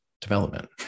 development